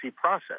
process